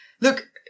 look